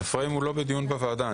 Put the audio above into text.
הפריים הוא לא בדיון בוועדה.